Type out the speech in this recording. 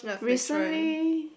recently